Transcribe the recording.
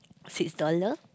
six dollar